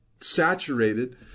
saturated